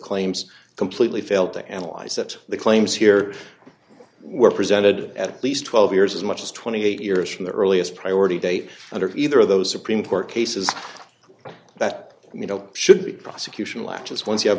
claims completely failed to analyze that the claims here were presented at least twelve years as much as twenty eight years from the earliest priority date under either of those supreme court cases that you know should be prosecution latches once you have